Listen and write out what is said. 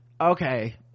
okay